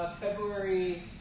February